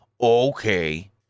okay